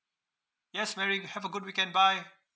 yes mary have a good weekend bye